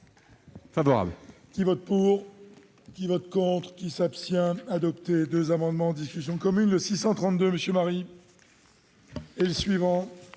Favorable